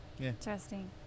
interesting